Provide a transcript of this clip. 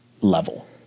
level